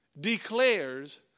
declares